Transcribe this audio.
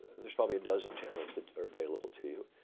there's probably a dozen channels that are available to you.